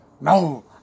No